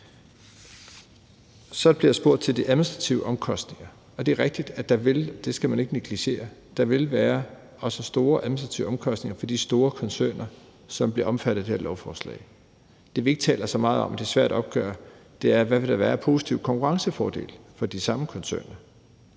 Så bliver jeg spurgt til de administrative omkostninger, og det er rigtigt, at der også vil være – det skal man ikke negligere – store administrative omkostninger for de store koncerner, som bliver omfattet af det her lovforslag. Det, vi ikke taler så meget om, og som er svært at opgøre, er, hvad der vil være af positive konkurrencefordele for de samme koncerner.